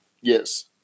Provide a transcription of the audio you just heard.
Yes